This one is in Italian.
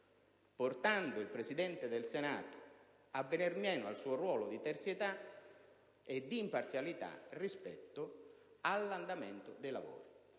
portando il Presidente del Senato a venir meno al suo ruolo di terzietà e di imparzialità rispetto all'andamento dei lavori